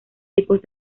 tipos